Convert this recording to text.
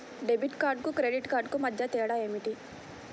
Debit కార్డుకు credit కార్డుకు మధ్య తేడా ఏమిటీ?